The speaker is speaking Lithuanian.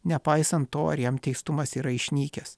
nepaisan to ar jam teistumas yra išnykęs